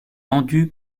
vendu